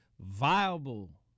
viable